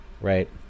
right